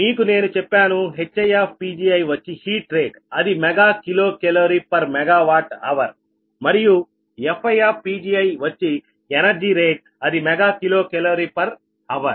మీకు నేను చెప్పాను HiPgi వచ్చి హీట్ రేట్ అది mega kilo calorie per mega watt hour మరియు FiPgiవచ్చి ఎనర్జీ రేట్ అది mega kilo calorie per hour